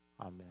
Amen